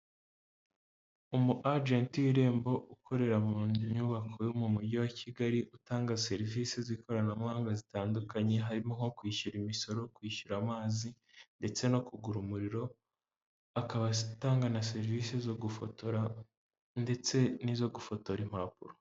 Umu agenti w'irembo ukorera mu nyubako yo mu mujyi wa Kigali utanga serivisi z'ikoranabuhanga zitandukanye harimo nko kwishyura imisoro, kwishyura amazi ndetse no kugura umuriro akaba atanga na serivisi zo gufotora ndetse n'izo gufotora impapuro.